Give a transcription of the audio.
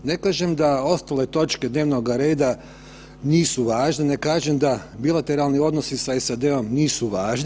Ne kažem da ostale točke dnevnoga reda nisu važne, ne kažem da bilateralni odnosi sa SAD-om nisu važni.